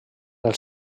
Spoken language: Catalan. els